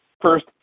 First